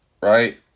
right